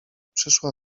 przyszła